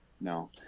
No